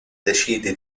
decide